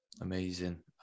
Amazing